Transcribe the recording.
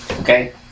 Okay